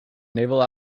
naval